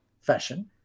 fashion